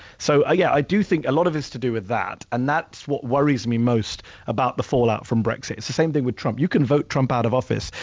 so, yeah. i do think a lot of it's to do with that. and that's what worries me most about the fallout from brexit. it's the same thing with trump. you can vote trump out of office.